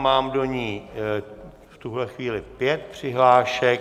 Mám do ní v tuhle chvíli pět přihlášek.